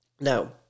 Now